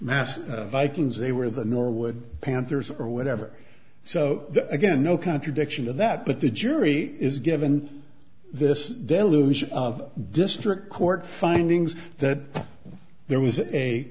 mass vikings they were the norwood panthers or whatever so again no contradiction to that but the jury is given this delusion of district court findings that there was a